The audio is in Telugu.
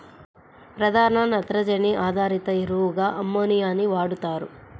ప్రధాన నత్రజని ఆధారిత ఎరువుగా అమ్మోనియాని వాడుతారు